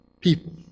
people